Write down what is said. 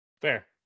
Fair